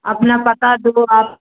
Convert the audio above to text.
अपना पता दो आप